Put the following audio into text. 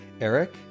eric